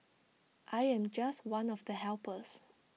I am just one of the helpers